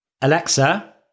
alexa